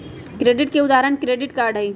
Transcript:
credit के उदाहरण credit card हई